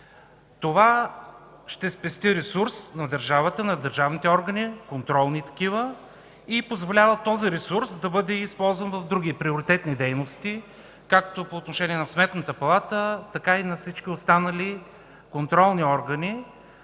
Това ще спести ресурс на държавата, на държавните органи, контролни такива и позволява този ресурс да бъде използван в други приоритетни дейности, както по отношение на Сметната палата, така и по отношение на всички останали контролни органи,